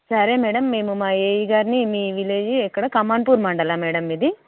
సరే మ్యాడమ్ మేము మా ఏఇ గారిని మీ విలేజ్ ఎక్కడ కామాన్పూర్ మండలం మ్యాడమ్ మీది